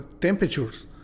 temperatures